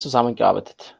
zusammengearbeitet